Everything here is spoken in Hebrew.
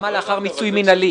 כמה לאחר מיצוי מינהלי?